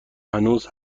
هنوز